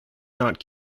not